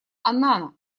аннана